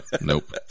Nope